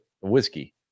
Whiskey